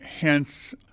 hence